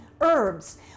herbs